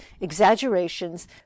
exaggerations